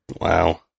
Wow